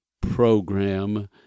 program